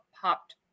popped